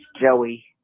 Joey